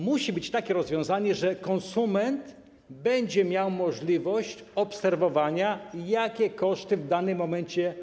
Musi być takie rozwiązanie, że konsument będzie miał możliwość obserwowania tego, jakie koszty ponosi w danym momencie.